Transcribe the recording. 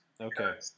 Okay